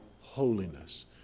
holiness